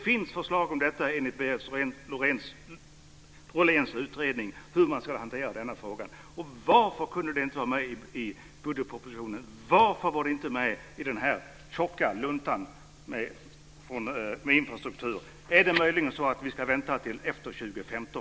Enligt Berit Rolléns utredning finns det förslag om hur denna fråga ska hanteras. Varför kunde det inte vara med i budgetpropositionen? Varför var det inte med i denna tjocka lunta om infrastrukturen? Är det möjligen så att vi på Gotland ska vänta till efter år 2015?